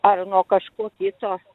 ar nuo kažko kito